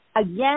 again